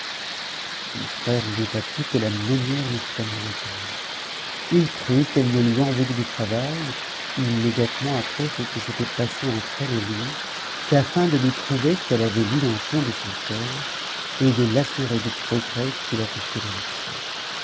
mon frère ne douta plus que la meunière ne fût amoureuse de lui il crut qu'elle ne lui envoyait du travail immédiatement après ce qui s'était passé entre elle et lui qu'afin de lui prouver qu'elle avait lu dans le fond de son coeur et de l'assurer du progrès qu'il avait fait dans le sien